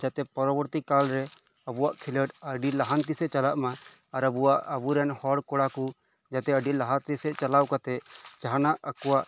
ᱡᱟᱛᱮ ᱯᱚᱨᱚᱵᱚᱨᱛᱤ ᱠᱟᱞ ᱨᱮ ᱟᱵᱚᱣᱟᱜ ᱠᱷᱮᱞᱳᱸᱰ ᱟᱰᱤ ᱞᱟᱦᱟᱱᱛᱤ ᱥᱮᱫ ᱪᱟᱞᱟᱜ ᱢᱟ ᱟᱨ ᱟᱵᱚᱣᱟᱜ ᱟᱵᱚᱨᱮᱱ ᱦᱚᱲ ᱦᱚᱲ ᱠᱚᱲᱟ ᱠᱚ ᱡᱟᱛᱮ ᱟᱰᱤ ᱞᱟᱦᱟᱱᱛᱤ ᱥᱮᱫ ᱪᱟᱞᱟᱣ ᱠᱟᱛᱮᱫ ᱡᱟᱦᱟᱸᱱᱟᱜ ᱟᱠᱚᱣᱟᱜ